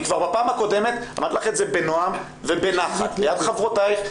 אני כבר בפעם הקודמת אמרתי לך את זה בנועם ובנחת ליד חברותייך,